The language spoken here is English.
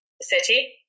city